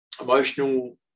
emotional